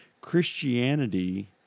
Christianity